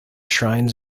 shrines